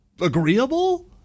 agreeable